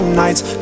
nights